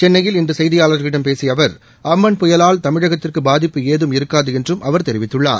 சென்னையில் இன்று செய்தியாளாகளிடம் பேசிய அவா் அம்பன் புயலால் தமிழகத்திற்கு பாதிப்பு ஏதும் இருக்காது என்றும் அவர் தெரிவித்துள்ளார்